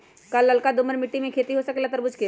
का लालका दोमर मिट्टी में खेती हो सकेला तरबूज के?